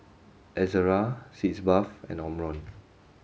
Ezerra Sitz Bath and Omron